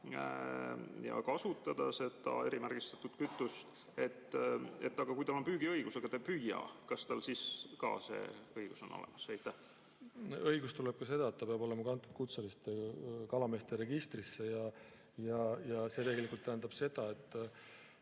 ja kasutada seda erimärgistatud kütust. Aga kui tal on püügiõigus, aga ta ei püüa, kas tal siis ka see õigus on olemas? See õigus tähendab ka seda, et ta peab olema kantud kutseliste kalameeste registrisse. Ja see tegelikult tähendab seda, et,